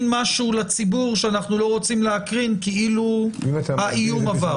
משהו לציבור שאנחנו לא רוצים להקרין כאילו האיום עבר.